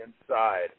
inside